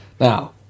Now